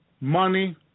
money